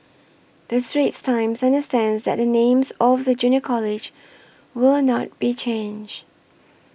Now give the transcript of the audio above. the Straits Times understands that the name of the Junior College will not be changed